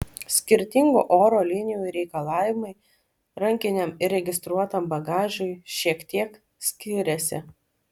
skirtingų oro linijų reikalavimai rankiniam ir registruotajam bagažui šiek tiek skiriasi